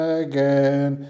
again